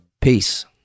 Peace